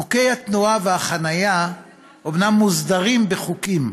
חוקי התנועה והחניה אומנם מוסדרים בחוקים,